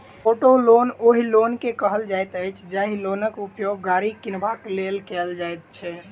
auto loan ओहि loan के कहल जाइत अछि, जाहि लोनक उपयोग गाड़ी किनबाक लेल कयल जाइत छै